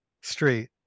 street